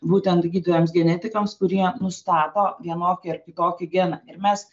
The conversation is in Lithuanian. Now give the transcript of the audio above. būtent gydytojams genetikams kurie nustato vienokį ar kitokį geną ir mes